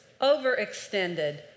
overextended